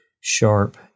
Sharp